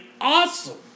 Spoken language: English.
awesome